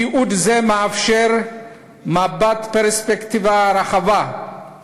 תיעוד זה מאפשר מבט בפרספקטיבה רחבה על